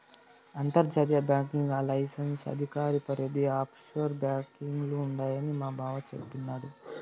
అంతర్జాతీయ banking licence అధికార పరిదిల ఈ ఆప్షోర్ బాంకీలు ఉండాయని మాబావ సెప్పిన్నాడు